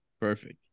perfect